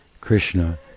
Krishna